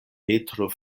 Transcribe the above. petro